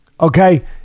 okay